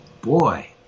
boy